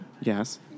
Yes